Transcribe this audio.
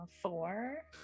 four